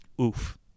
Oof